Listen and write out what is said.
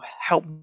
help